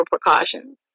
precautions